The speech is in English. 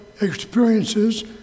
experiences